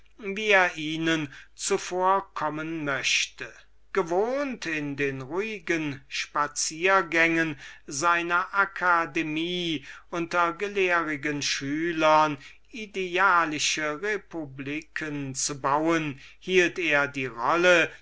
ihnen zuvorkommen möchte gewohnt in den ruhigen spaziergängen seiner akademie unter gelehrigen schülern idealische republiken zu bauen hielt er die rolle